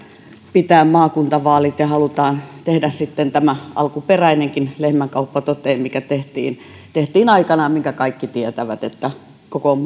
pitää maakuntavaalit ja halutaan myös tehdä tämä alkuperäinen lehmänkauppa todeksi mikä tehtiin tehtiin aikanaan minkä kaikki tietävät että kokoomus